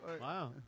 Wow